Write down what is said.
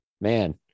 man